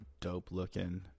dope-looking